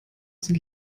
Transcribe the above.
sind